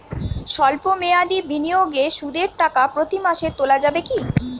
সল্প মেয়াদি বিনিয়োগে সুদের টাকা প্রতি মাসে তোলা যাবে কি?